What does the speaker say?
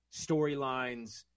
storylines